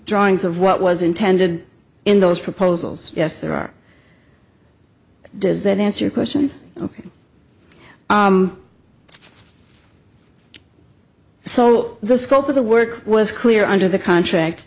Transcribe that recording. drawings of what was intended in those proposals yes there are does that answer your question ok so the scope of the work was clear under the contract